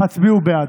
הצביעו בעד.